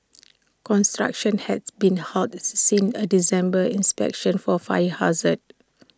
construction has been halted since A December inspection for fire hazards